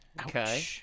Okay